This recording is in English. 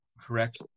correct